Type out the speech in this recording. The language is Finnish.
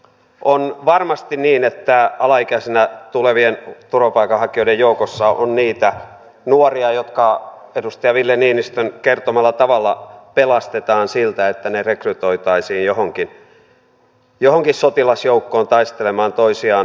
on varmasti niin että alaikäisenä tulevien turvapaikanhakijoiden joukossa on niitä nuoria jotka edustaja ville niinistön kertomalla tavalla pelastetaan siltä että heidät rekrytoitaisiin johonkin sotilasjoukkoon taistelemaan toisiaan vastaan